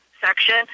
section